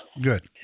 Good